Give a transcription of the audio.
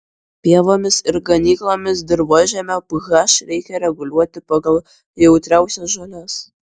pievoms ir ganykloms dirvožemio ph reikia reguliuoti pagal jautriausias žoles